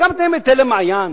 הקמתם את "אל המעיין",